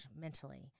mentally